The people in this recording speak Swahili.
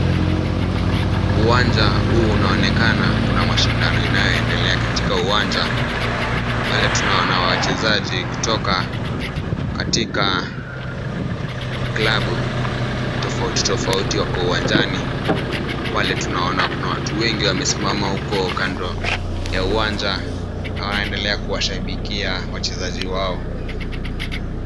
Uwanja huu unaonekana kuna mashindano yanayoendelea katika uwanja. Pale tunaona waachezaji kutoka katika klabu tofauti tofauti wako uwanjani. Pale tunaona kuna watu wengi wamesimama huko kando ya uwanja na wanaendelea kuwashabikia wachezaji wao.